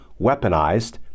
weaponized